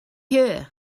here